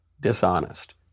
dishonest